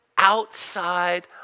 Outside